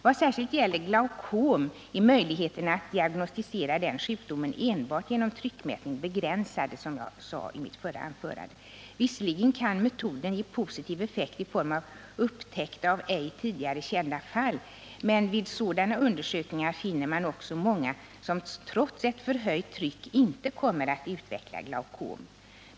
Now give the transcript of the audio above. Vad särskilt gäller glaucom är möjligheterna att diagnostisera den sjukdomen enbart genom tryckmätning begränsade, vilket jag också sade i mitt förra anförande. Visserligen kan metoden ge positiv effekt i form av upptäckt av ej tidigare kända fall, men vid sådana undersökningar finner man också många som trots ett förhöjt tryck inte kommer att utveckla glaucom.